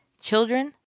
children